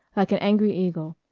like an angry eagle,